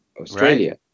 Australia